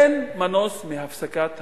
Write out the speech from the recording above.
אין מנוס מהפסקת